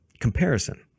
comparison